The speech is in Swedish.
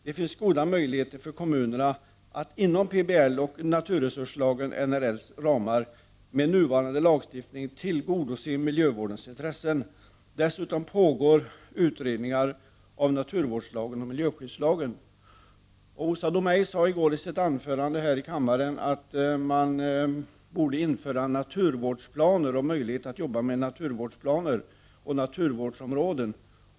Det finns goda möjligheter för kommunerna att inom PBL:s och NRL:s ramar med nuvarande lagstiftning tillgodose miljövårdens intressen. Dessutom pågår utredningar av naturvårdslagen och miljöskyddslagen. Åsa Domeij sade i sitt anförande i går i kammaren att man borde införa möjligheter att arbeta med naturvårdsplaner och naturvårdsområden.